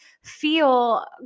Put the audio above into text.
feel